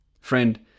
Friend